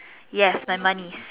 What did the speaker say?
yes my money